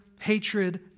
hatred